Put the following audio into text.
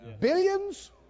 billions